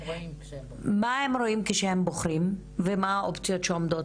מה הם רואים כשהם בוחרים ומה האופציות שעומדות